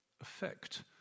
effect